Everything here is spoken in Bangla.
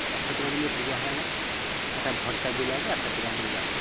একটা ব্রাহ্মণ দিয়ে পূজা হয় না একটা ভট্টাচার্য লাগে একটা ব্রাহ্মণ লাগে